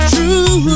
True